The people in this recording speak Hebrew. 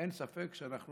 אין ספק שאנחנו